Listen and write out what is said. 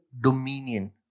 dominion